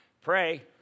Pray